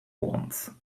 wants